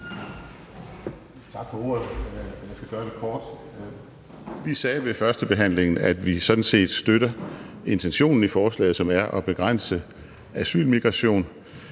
det kort. Vi sagde ved førstebehandlingen, at vi sådan set støtter intentionen med forslaget, som er at begrænse asylmigration,